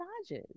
massages